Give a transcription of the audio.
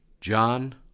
John